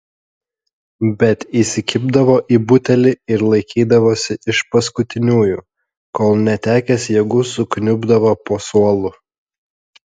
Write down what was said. bet įsikibdavo į butelį ir laikydavosi iš paskutiniųjų kol netekęs jėgų sukniubdavo po suolu